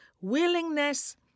willingness